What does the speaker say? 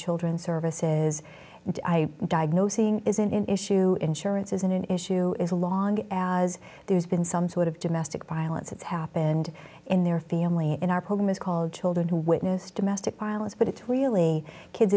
children services i diagnosing isn't an issue insurance isn't an issue is a long as there's been some sort of domestic violence that's happened in their family in our home is called children who witness domestic violence but it's really kids